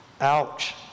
Ouch